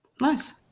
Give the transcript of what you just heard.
Nice